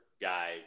guy